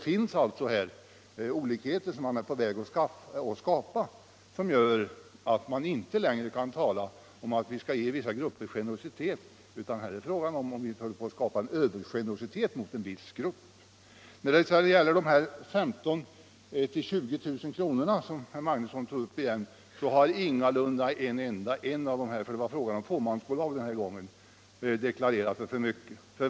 Man är här alltså på väg att skapa sådana olikheter. Man kan därför inte längre tala om att vi skall visa en del grupper generositet. Här är frågan, om vi inte håller på att skapa övergenerositet mot en viss grupp. När det gäller nettovinsten för fåmansbolag, som herr Magnusson i Borås tog upp igen, har ingen enda deklarerat för mycket.